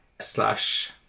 slash